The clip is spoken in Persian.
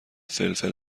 فلفل